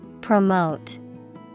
Promote